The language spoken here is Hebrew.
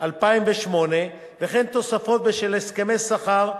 2008 וכן תוספת בשל הסכמי שכר,